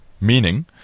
Meaning